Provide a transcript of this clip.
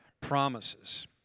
promises